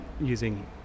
using